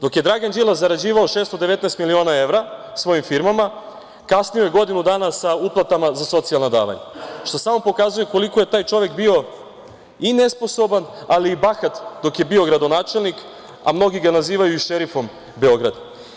Dok je Dragan Đilas zarađivao 619 miliona evra svojim firmama, kasnio je godinu dana sa uplatama za socijalna davanja, što samo pokazuje koliko je taj čovek bio i nesposoban, ali i bahat dok je bio gradonačelnik, a mnogi ga nazivaju i šerifom Beograda.